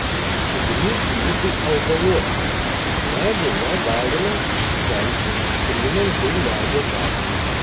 ugnis slypi augaluose iš medžio ją galima išskelti trinant du medžio gabalus